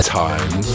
time